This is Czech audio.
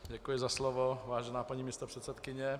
Děkuji za slovo, vážená paní místopředsedkyně.